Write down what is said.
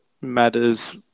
matters